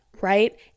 right